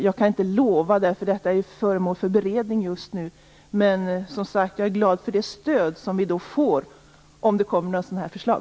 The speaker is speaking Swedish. Jag kan inte lova det eftersom detta är föremål för beredning just nu, men jag är glad för det stöd som vi får om det kommer några sådana här förslag.